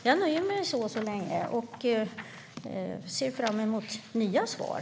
Jag nöjer mig med detta nu och ser fram emot nya svar.